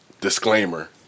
disclaimer